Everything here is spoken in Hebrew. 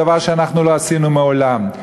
דבר שאנחנו לא עשינו מעולם.